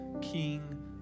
King